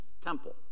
temple